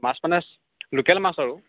মাছ মানে লোকেল মাছ আৰু